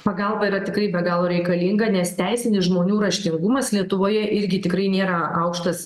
pagalba yra tikrai be galo reikalinga nes teisinis žmonių raštingumas lietuvoje irgi tikrai nėra aukštas